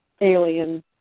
alien